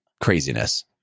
craziness